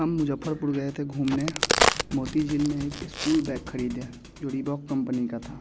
हम मुज़फ़्फ़रपुर गए थे घूमने मोती झील में इस्कूल बैग ख़रीदा जो रिबॉक कंपनी का था